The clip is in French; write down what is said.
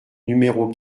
numéros